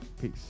Peace